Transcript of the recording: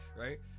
right